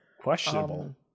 questionable